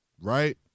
right